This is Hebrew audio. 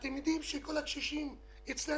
אתם יודעים שכל הקשישים אצלנו